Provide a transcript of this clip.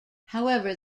however